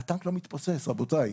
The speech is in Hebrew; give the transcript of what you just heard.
הטנק לא מתפוצץ, רבותיי.